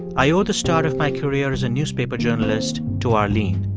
i owe the start of my career as a newspaper journalist to arlene.